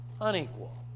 Unequal